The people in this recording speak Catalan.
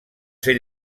ser